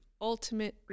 ultimate